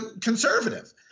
conservative